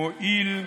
מועיל,